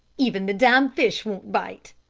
even the damn fish won't bite,